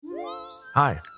Hi